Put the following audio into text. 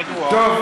מה?